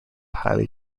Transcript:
highly